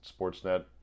Sportsnet